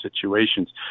situations